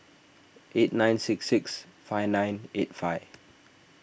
eight nine six six five nine eight five